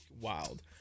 wild